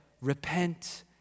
repent